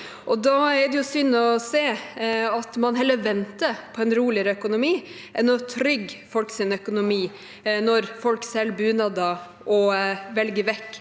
Det er synd å se at man heller venter på en roligere økonomi enn å trygge folks økonomi, når folk selger bunader, velger vekk